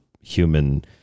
human